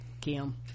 Kim